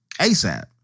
ASAP